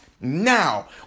now